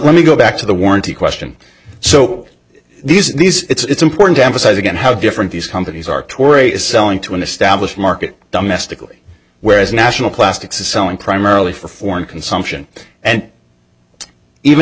let me go back to the warranty question so these these it's important to emphasize again how different these companies are tory is selling to an established market domestically whereas national plastics is selling primarily for foreign consumption and even